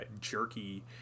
jerky